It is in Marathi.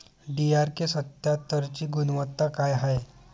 डी.आर.के सत्यात्तरची गुनवत्ता काय हाय?